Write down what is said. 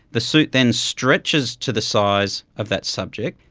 the suit then stretches to the size of that subject,